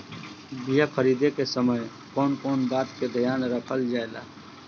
बीया खरीदे के समय कौन कौन बात के ध्यान रखल जाला?